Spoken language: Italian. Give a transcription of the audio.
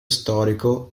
storico